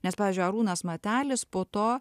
nes pavyzdžiui arūnas matelis po to